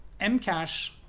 MCash